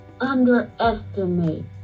underestimate